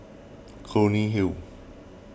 Clunny Hill